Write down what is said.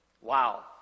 wow